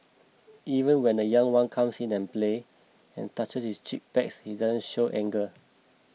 even when the young one comes and play and touch his cheek pads he doesn't show anger